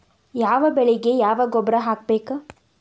ಯಾವ ಬೆಳಿಗೆ ಯಾವ ಗೊಬ್ಬರ ಹಾಕ್ಬೇಕ್?